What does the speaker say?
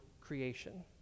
creation